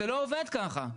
זה לא עובד ככה.